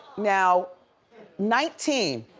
now nineteen,